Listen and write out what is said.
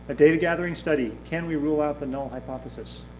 ah data gathering study, can we rule out the null hypothesis?